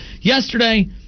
yesterday